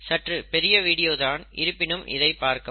சற்று பெரிய வீடியோ தான் இருப்பினும் இதை பார்க்கவும்